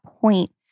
point